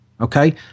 Okay